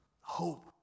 Hope